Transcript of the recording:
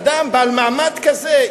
אדם בעל מעמד כזה,